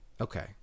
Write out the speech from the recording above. Okay